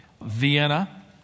Vienna